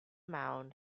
mound